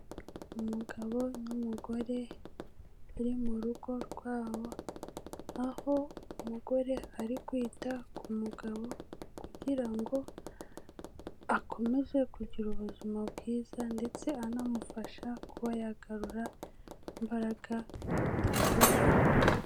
Umugabo n'umugore bari mu rugo rwabo, aho umugore ari kwita ku mugabo kugira ngo akomeze kugira ubuzima bwiza ndetse anamufasha kuba yagarura imbaraga yatakaje.